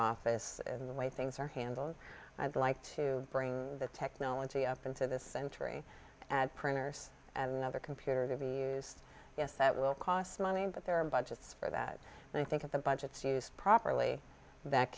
office in the way things are handled i'd like to bring the technology up into this century and printers and other computer green yes that will cost money but there are budgets for that and i think the budgets used properly that